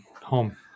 home